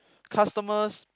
customers